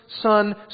son